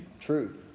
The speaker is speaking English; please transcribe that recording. truth